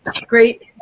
Great